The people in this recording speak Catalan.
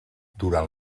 durant